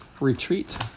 retreat